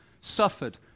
suffered